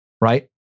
right